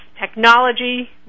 technology